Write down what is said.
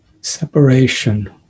separation